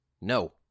No